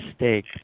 mistake